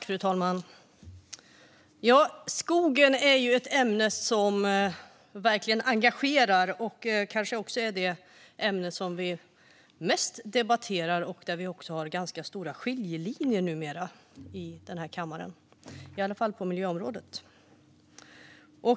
Fru talman! Skogen är ett ämne som verkligen engagerar. Det kanske också är det ämne som vi debatterar mest i den här kammaren. Vi har numera också ganska stora skiljelinjer när det gäller skogen, i alla fall på miljöområdet. Fru talman!